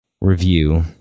review